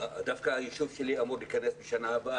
דווקא הישוב שלי אמור להיכנס לתוכנית בשנה הבאה,